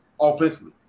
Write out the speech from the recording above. offensively